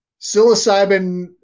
psilocybin